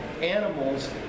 animals